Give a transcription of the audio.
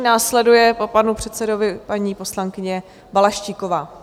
Následuje po panu předsedovi paní poslankyně Balaštíková.